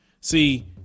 See